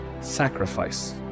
sacrifice